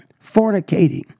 fornicating